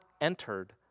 entered